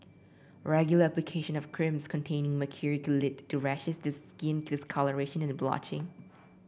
regular application of creams containing mercury could lead to rashes the skin discolouration and blotching